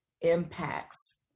impacts